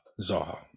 Zaha